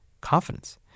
confidence